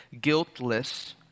guiltless